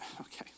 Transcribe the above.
Okay